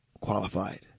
qualified